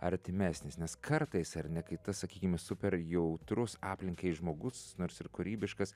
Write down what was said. artimesnis nes kartais ar ne kai tas sakykime super jautrus aplinkai žmogus nors ir kūrybiškas